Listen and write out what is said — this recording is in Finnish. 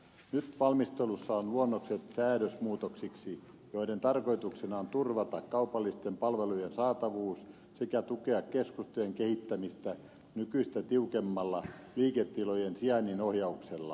nyt valmistelussa ovat luonnokset säädösmuutoksiksi joiden tarkoituksena on turvata kaupallisten palvelujen saatavuus sekä tukea keskustojen kehittämistä nykyistä tiukemmalla liiketilojen sijainnin ohjauksella